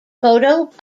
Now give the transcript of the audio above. photo